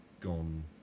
gone